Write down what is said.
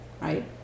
right